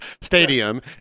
Stadium